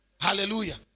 Hallelujah